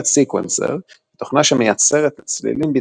תוכנה שמייצרת מידי נקראת "סקוונסר",